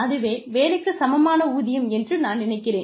அதுவே வேலைக்கு சமமான ஊதியம் என்று நான் நினைக்கிறேன்